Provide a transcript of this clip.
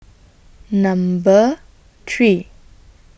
Number three